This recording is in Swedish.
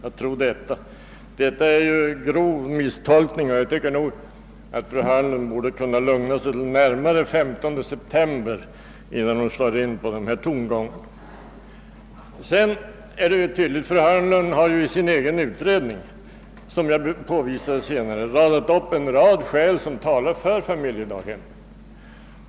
Det är ju en grov misstolkning av vår ståndpunkt. Jag tycker nog att fru Hörnlund borde kunna lugna sig tills vi kommer närmare den 15 september innan hon tillgriper sådana tongångar. Fru Hörnlund har vidare i sin utredning radat upp en hel mängd skäl som talar för familjedaghemmen.